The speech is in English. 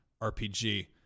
RPG